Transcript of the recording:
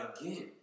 Again